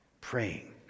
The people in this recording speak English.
praying